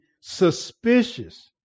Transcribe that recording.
suspicious